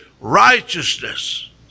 righteousness